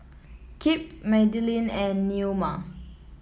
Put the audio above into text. Kip Madelynn and Neoma